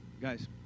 Guys